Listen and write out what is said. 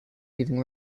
leaving